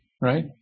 right